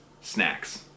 snacks